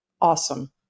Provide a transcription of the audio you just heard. Awesome